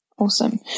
Awesome